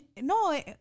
No